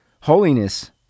Holiness